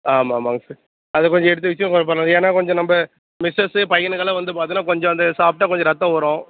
ஆமாம் ஆமாங்க சார் அது கொஞ்ச எடுத்து வெச்சு கொஞ்ச பண்ண ஏன்னா கொஞ்ச நம்ம மிஸ்ஸஸு பையனுக்கெல்லாம் வந்து பாத்தோம்னா கொஞ்ச அது சாப்பிட்டா கொஞ்ச ரத்தம் ஊறும்